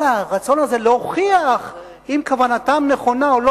כל הרצון הזה להוכיח אם כוונתם נכונה או לא